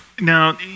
Now